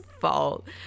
fault